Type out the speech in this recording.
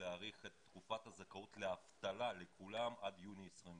להאריך את תקופת הזכאות לאבטלה לכולם עד יוני ,021.